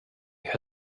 who